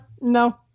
no